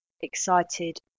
excited